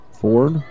Ford